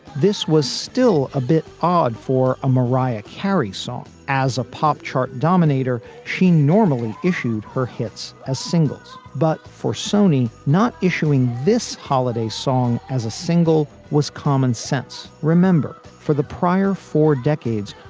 this was still a bit odd for a mariah carey song as a pop chart dominator. she normally issued her hits as singles. but for sony, not issuing this holiday song as a single was common sense. remember, for the prior four decades,